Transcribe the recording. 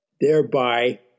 thereby